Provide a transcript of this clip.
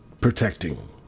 Protecting